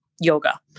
yoga